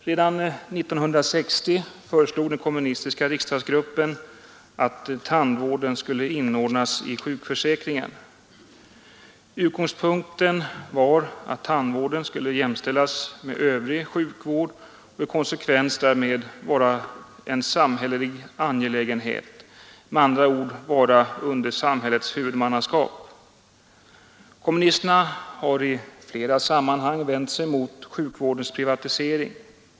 Redan 1960 föreslog den kommunistiska riksdagsgruppen att tandvården skulle inordnas i sjukförsäkringen. Utgångspunkten var att tandvården skulle jämställas med övrig sjukvård och i konsekvens därmed vara en samhällelig angelägenhet, med andra ord vara under samhällets huvudmannaskap. Kommunisterna har i flera sammanhang vänt sig mot sjukvårdens privatisering.